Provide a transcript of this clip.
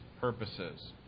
purposes